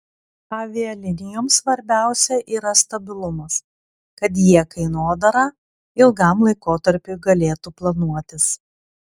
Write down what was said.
avialinijoms svarbiausia yra stabilumas kad jie kainodarą ilgam laikotarpiui galėtų planuotis